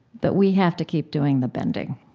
but we have to keep doing the bending.